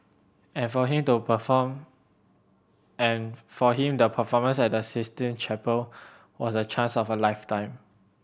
and for him the perform and for him the performance at the Sistine Chapel was the chance of a lifetime